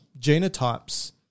genotypes